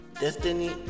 destiny